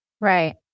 Right